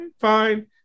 fine